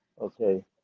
Okay